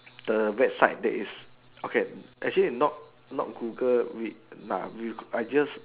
the website that is okay actually not not Google not we nah we are just